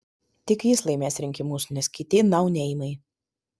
tik jis laimės rinkimus nes kiti nauneimai